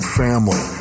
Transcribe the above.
family